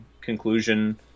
conclusion